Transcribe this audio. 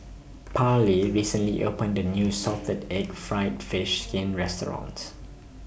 Parlee recently opened A New Salted Egg Fried Fish Skin Restaurant